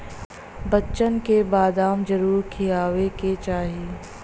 बच्चन के बदाम जरूर खियावे के चाही